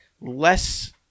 less